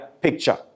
picture